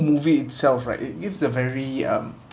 movie itself right it gives a very um